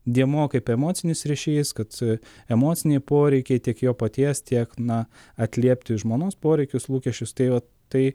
dėmuo kaip emocinis ryšys kad emociniai poreikiai tiek jo paties tiek na atliepti žmonos poreikius lūkesčius tai vat tai